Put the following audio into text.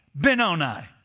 Benoni